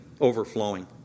overflowing